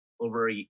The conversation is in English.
over